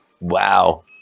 Wow